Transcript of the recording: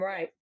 Right